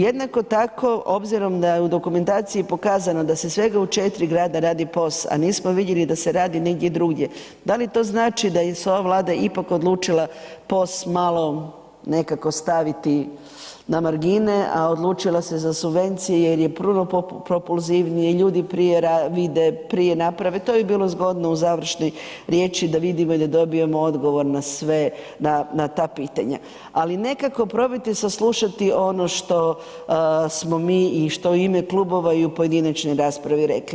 Jednako tako, obzirom da je u dokumentaciji pokazano da se svega u 4 grada radi POS a nismo vidjeli da se radi negdje drugdje, da li to znači da se ova Vlada ipak odlučila POS malo nekako staviti na margine a odlučila se za subvencije jer je prvo propulzivnije, ljudi prije vide, prije naprave, to je bi bilo zgodno u završnoj riječi da vidimo i da dobijemo odgovor na sve, na ta pitanja ali nekako probajte saslušati ono što smo mi i što u ime klubova i u pojedinačnoj rekli.